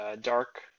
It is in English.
dark